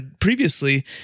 previously